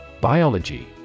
Biology